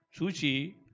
Sushi